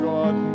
God